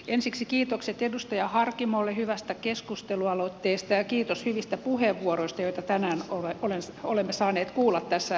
ensiksi kiitokset edustaja harkimolle hyvästä keskustelualoitteesta ja kiitos hyvistä puheenvuoroista joita tänään olemme saaneet kuulla tässä salissa